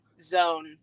zone